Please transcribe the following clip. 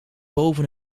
boven